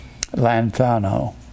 lanthano